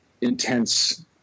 intense